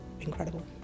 incredible